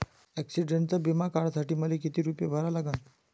ॲक्सिडंटचा बिमा काढा साठी मले किती रूपे भरा लागन?